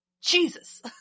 Jesus